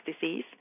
disease